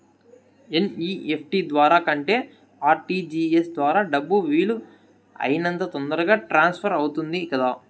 NEFT ద్వారా కంటే RTGS ద్వారా డబ్బు వీలు అయినంత తొందరగా ట్రాన్స్ఫర్ అవుతుంది కదా